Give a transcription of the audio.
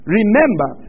remember